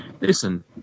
listen